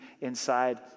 inside